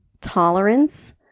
tolerance